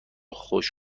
خوش